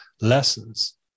lessons